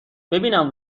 ببینم